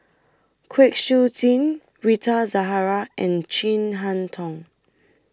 Kwek Siew Jin Rita Zahara and Chin Harn Tong